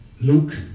Luke